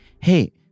hey